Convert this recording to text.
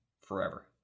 forever